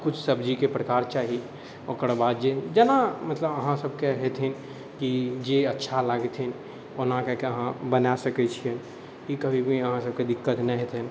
किछु सब्जीके प्रकार चाही ओकर बाद जे जेना मतलब अहाँ सबके हेथिन कि जे अच्छा लागथिन ओना कऽ कऽ अहाँ बना सकै छिअनि कि कभी भी अहाँसबके दिक्कत नहि हेतनि